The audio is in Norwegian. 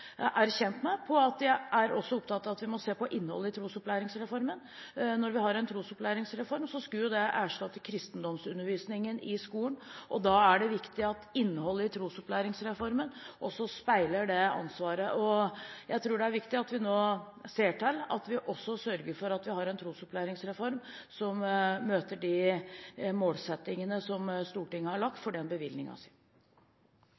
er opptatt av at vi må se på innholdet i trosopplæringsreformen. Når vi har en trosopplæringsreform, skal den erstatte kristendomsundervisningen i skolen. Da er det viktig at innholdet i trosopplæringsreformen også speiler det ansvaret. Jeg tror det er viktig at vi ser til at vi har en trosopplæringsreform som møter de målsettingene som Stortinget har lagt for bevilgningen sin.